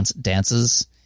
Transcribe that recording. dances